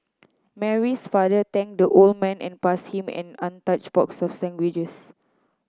Mary's father thanked the old man and passed him an untouched box of sandwiches